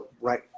right